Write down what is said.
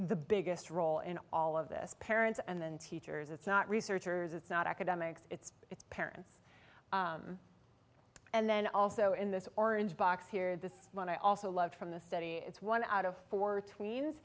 the biggest role in all of this parents and teachers it's not researchers it's not academics it's parents and then also in this orange box here this one i also loved from the study it's one out of four t